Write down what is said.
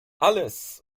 alles